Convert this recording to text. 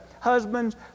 Husbands